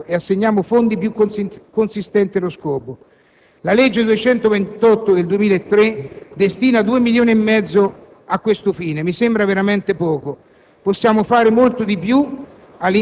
facciamo però la nostra parte come Stato e assegniamo fondi più consistenti allo scopo. La legge n. 228 del 2003 destina due milioni e mezzo di euro a questo fine: mi sembra veramente poco.